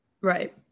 Right